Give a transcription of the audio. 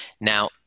Now